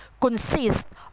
consists